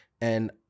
and-